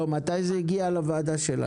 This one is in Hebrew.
לא, מתי זה הגיע לוועדה שלנו?